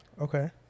Okay